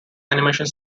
animation